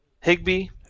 Higby